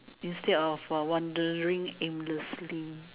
instead of wandering aimlessly